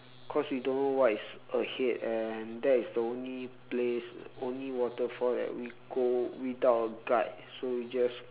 cause we don't know what is ahead and that is the only place only waterfall that we go without a guide so we just